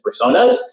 personas